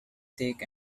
thick